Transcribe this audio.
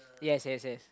yes yes yes